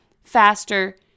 faster